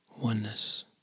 oneness